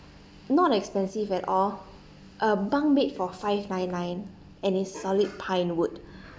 not expensive at all a bunk bed for five nine nine and it's solid pinewood